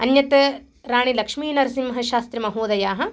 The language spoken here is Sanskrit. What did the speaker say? अन्यत् राणीलक्ष्मीनरसिंहशास्त्रीमहोदयाः